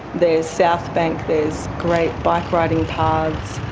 there's south bank, there's great bike riding paths.